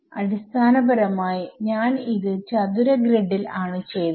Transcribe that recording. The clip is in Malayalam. അടിസ്ഥാനപരമായി ഞാൻ ഇത് ചതുര ഗ്രിഡിൽ ആണ് ചെയ്തത്